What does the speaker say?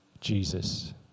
Jesus